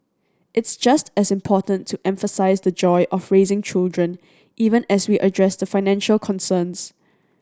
it's just as important to emphasise the joy of raising children even as we address the financial concerns